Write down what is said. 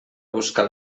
buscar